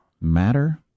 Matter